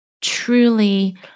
truly